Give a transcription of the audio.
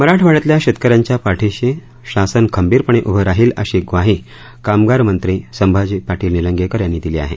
मराठवास्यात या शेतक यां या पाठीशी शासन खंबीरपणे उभं राहील अशी वाही कामगार मं ी संभाजी पाटील निलंगेकर यांनी दिली आहे